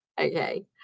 Okay